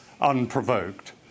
unprovoked